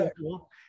cool